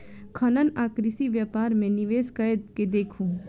खनन आ कृषि व्यापार मे निवेश कय के देखू